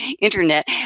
internet